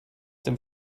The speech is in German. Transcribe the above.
dem